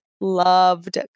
loved